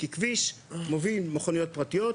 כי כביש מוביל מכוניות פרטיות,